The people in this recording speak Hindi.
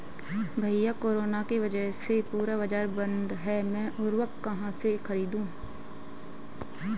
भैया कोरोना के वजह से पूरा बाजार बंद है मैं उर्वक कहां से खरीदू?